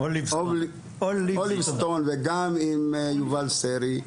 עם יובל סרי,